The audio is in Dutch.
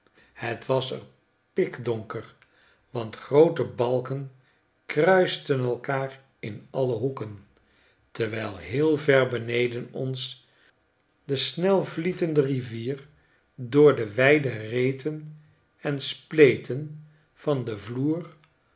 het was er pikdonker want groote balken kruisten er elkaar in alle hoeken terwijl heel ver beneden ons de snelvlietende rivier door de wijde reten en spleten van den vloer